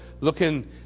looking